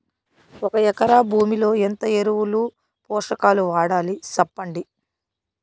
ఒక ఎకరా భూమిలో ఎంత ఎరువులు, పోషకాలు వాడాలి సెప్పండి?